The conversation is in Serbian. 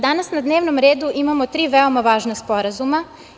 Danas na dnevnom redu imamo tri veoma važna sporazuma.